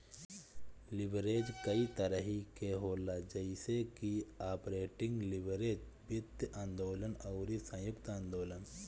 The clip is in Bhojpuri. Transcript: लीवरेज कई तरही के होला जइसे की आपरेटिंग लीवरेज, वित्तीय उत्तोलन अउरी संयुक्त उत्तोलन